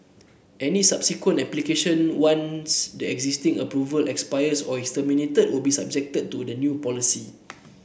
any subsequent application once the existing approval expires or is terminated will be subjected to the new policy